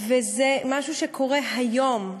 זה משהו שקורה היום.